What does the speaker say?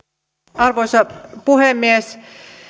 arvoisa puhemies